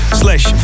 slash